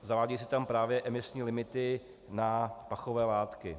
Zavádějí se tam právě emisní limity na pachové látky.